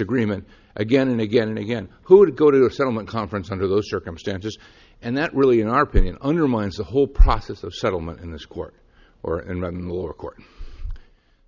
agreement again and again and again who did go to a settlement conference under those circumstances and that really in our opinion undermines the whole process of settlement in this court or and run the lower court